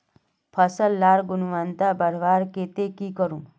फसल लार गुणवत्ता बढ़वार केते की करूम?